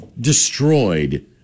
destroyed